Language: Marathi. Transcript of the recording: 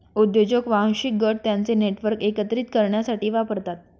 उद्योजक वांशिक गट त्यांचे नेटवर्क एकत्रित करण्यासाठी वापरतात